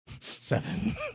Seven